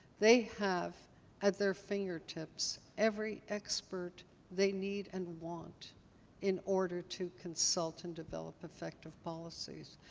they have at their finger tips every expert they need and want in order to consult and develop effective policies.